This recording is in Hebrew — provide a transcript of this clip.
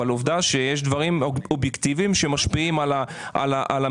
אבל עובדה שיש דברים אובייקטיביים שמשפיעים על המחירים.